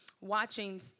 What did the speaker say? watching